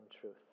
truth